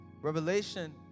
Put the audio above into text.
Revelation